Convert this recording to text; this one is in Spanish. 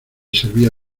servía